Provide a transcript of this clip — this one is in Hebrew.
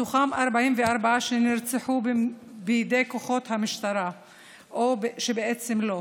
מתוכם 44 נרצחו בידי כוחות המשטרה, או שבעצם לא: